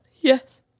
Yes